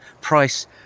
price